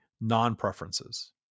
non-preferences